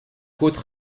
côte